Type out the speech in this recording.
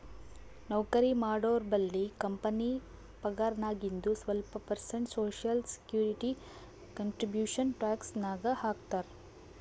ನೌಕರಿ ಮಾಡೋರ್ಬಲ್ಲಿ ಕಂಪನಿ ಪಗಾರ್ನಾಗಿಂದು ಸ್ವಲ್ಪ percent social security contribution tax ನಾಗ್ ಹಾಕ್ತಾರ್